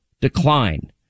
decline